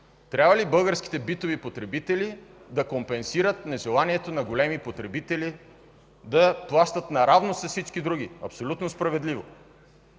трябва ли българските битови потребители да компенсират нежеланието на големи потребители да плащат наравно с всички други, абсолютно справедливо?